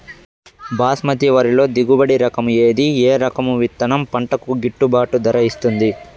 బాస్మతి వరిలో దిగుబడి రకము ఏది ఏ రకము విత్తనం పంటకు గిట్టుబాటు ధర ఇస్తుంది